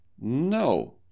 No